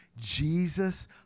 Jesus